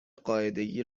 قاعدگی